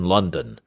London